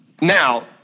now